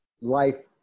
life